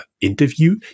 interview